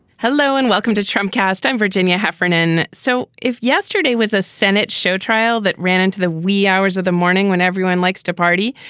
hello and welcome to tramcars time, virginia heffernan. so if yesterday was a senate show trial that ran into the wee hours of the morning when everyone likes to party.